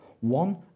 one